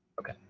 okay